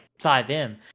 5m